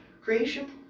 creation